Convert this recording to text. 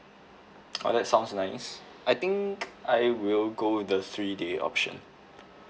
oh that sounds nice I think I will go with the three day option